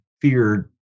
feared